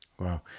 Wow